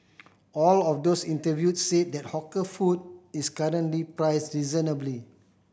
all of those interviewed said that hawker food is currently priced reasonably